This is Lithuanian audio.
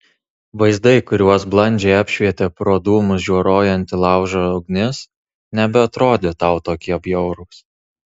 vaizdai kuriuos blandžiai apšvietė pro dūmus žioruojanti laužo ugnis nebeatrodė tau tokie bjaurūs